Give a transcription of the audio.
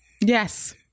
Yes